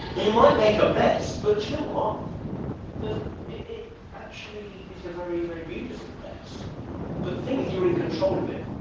you might make a mess but you know um what it actually is a very, very beautiful mess but the thing is you are in control of it.